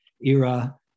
era